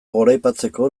goraipatzeko